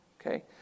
okay